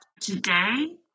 today